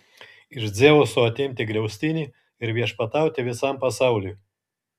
iš dzeuso atimti griaustinį ir viešpatauti visam pasauliui